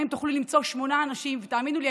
שתוכלו למצוא שמונה אנשים ותאמינו לי,